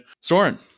Soren